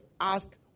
ask